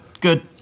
good